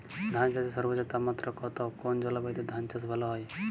ধান চাষে সর্বোচ্চ তাপমাত্রা কত কোন জলবায়ুতে ধান চাষ ভালো হয়?